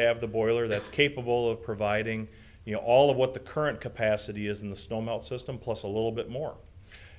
have the boiler that's capable of providing you know all of what the current capacity is in the snow melt system plus a little bit more